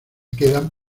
quedan